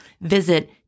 Visit